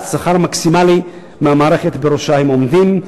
שכר מקסימלי מהמערכת שבראשה הם עומדים,